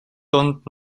дунд